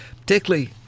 Particularly